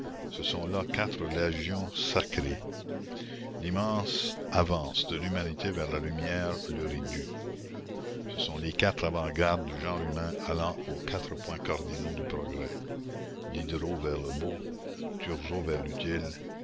ce sont là quatre légions sacrées l'immense avance de l'humanité vers la lumière leur est due ce sont les quatre avant-gardes du genre humain allant aux quatre points cardinaux du progrès diderot vers le beau turgot vers